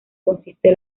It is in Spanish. consiste